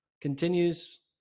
continues